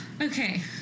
Okay